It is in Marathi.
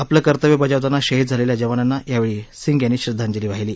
आपलं कर्तव्य बजावताना शहीद झालेल्या जवानांना यावेळी सिंग यांनी श्रद्धांजली वाहिली